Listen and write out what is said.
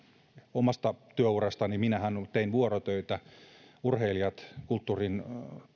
omasta työurastani minähän tein vuorotöitä urheilijat ja kulttuurin